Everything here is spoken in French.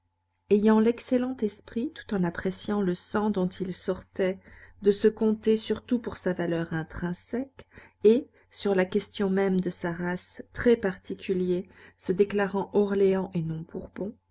esprit tout en appréciant le sang dont il sortait de se compter surtout pour sa valeur intrinsèque et sur la question même de sa race très particulier se déclarant orléans et non